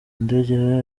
ndege